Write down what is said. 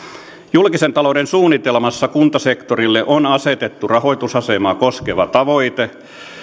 julkisen talouden suunnitelmassa kuntasektorille on asetettu rahoitusasemaa koskeva tavoite